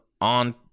On